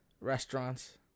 Restaurants